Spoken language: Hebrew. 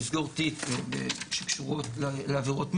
לסגור תיק שקשורות לעבירות מין,